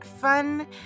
fun